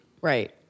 Right